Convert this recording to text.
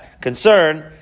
concern